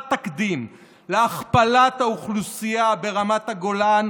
תקדים להכפלת האוכלוסייה ברמת הגולן,